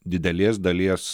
didelės dalies